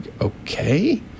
Okay